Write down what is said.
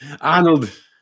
Arnold